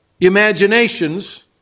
imaginations